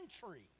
country